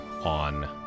on